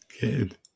good